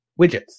widgets